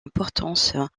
importance